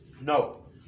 No